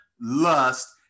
lust